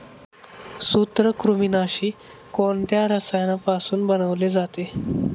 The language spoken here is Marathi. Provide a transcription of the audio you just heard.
सूत्रकृमिनाशी कोणत्या रसायनापासून बनवले जाते?